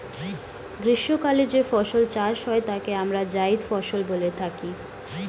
গ্রীষ্মকালে যে ফসল চাষ হয় তাকে আমরা জায়িদ ফসল বলে থাকি